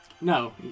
No